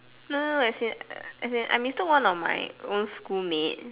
no no as in as in I mistook one of my old school mate